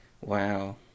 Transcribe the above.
wow